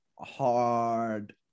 hard